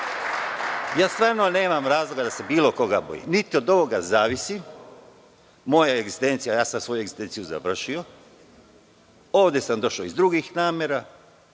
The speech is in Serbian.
Stvarno nemam razloga da se bilo koga bojim. Niti od ovoga zavisi moja egzistencija, ja sam svoju egzistenciju završio, ovde sam došao iz drugih namera,